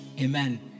Amen